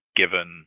given